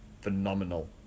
phenomenal